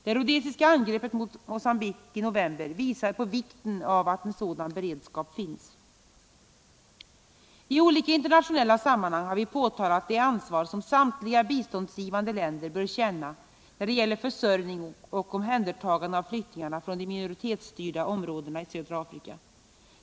Det rhodesiska angreppet mot Mogambique i november visar på vikten av att en sådan beredskap finns. I olika internationella sammanhang har vi pekat på det ansvar som samtliga biståndsgivande länder bör känna när det gäller försörjning och omhändertagande av flyktingarna från de minoritetsstyrda områdena i södra Afrika.